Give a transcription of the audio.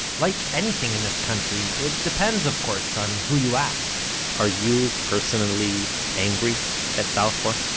like anything in this country, it depends, of course, on who you ask are you personally angry at balfour?